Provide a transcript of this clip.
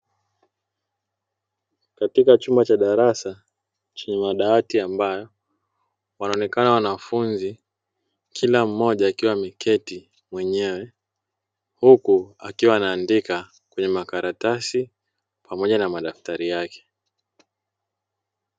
Katika chumba cha darasa chenye madawati ya mbao wanaonekana wanafunzi, kila mmoja akiwa ameketi mwenyewe huku akiwa anaandika kwenye makaratasi pamoja na madaftari yake.